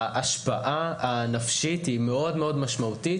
ההשפעה הנפשית היא מאוד מאוד משמעותית,